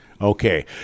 Okay